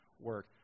work